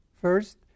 First